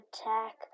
attack